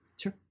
Sure